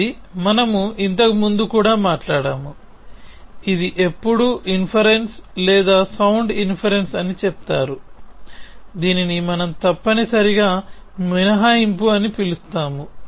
ఇది మనము ఇంతకుముందు కూడా మాట్లాడాము ఇది ఎప్పుడు ఇన్ఫెరెన్స్ లేదా సౌండ్ ఇన్ఫెరెన్స్ అని చెప్తారు దీనిని మనం తప్పనిసరిగా మినహాయింపు అని పిలుస్తాము